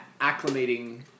acclimating